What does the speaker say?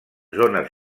zones